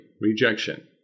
rejection